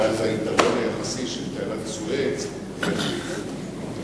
ואז היתרון היחסי של תעלת סואץ ילך לאיבוד.